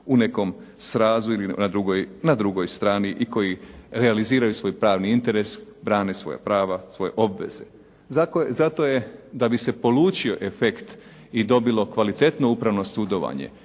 u nekom razmjeru ili na drugoj strani i koji realiziraju svoj pravni interes, brane svoja prava, svoje obveze. Zato je da bi se polučio efekt i dobilo kvalitetno upravno sudovanje,